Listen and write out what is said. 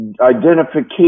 identification